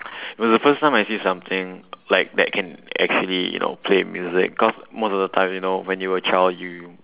was the first time I see something like that can actually you know play music cause most of the time you know when you're a child you